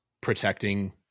protecting